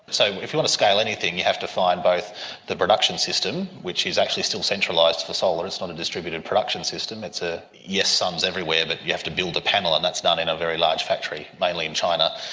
so if you want to scale anything you have to find both the production system, which is actually still centralised for solar, it is not a distributed production system, it's a, yes sun is everywhere but you have to build a panel and that's done in a very large factory, mainly in china,